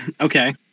Okay